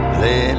Play